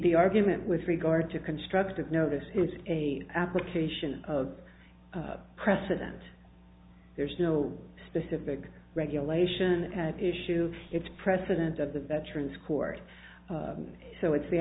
the argument with regard to constructive notice is a application of precedent there's no specific regulation issue it's precedent of the veterans court so it's the